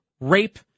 rape